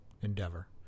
endeavor